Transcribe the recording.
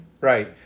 Right